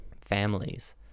families